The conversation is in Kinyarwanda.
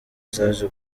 zaje